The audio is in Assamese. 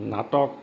নাটক